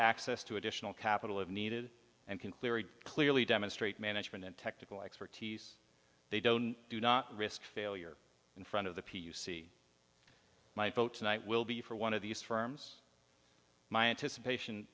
access to additional capital of needed and can cleary clearly demonstrate management and technical expertise they don't do not risk failure in front of the p you see my vote tonight will be for one of these firms my anticipation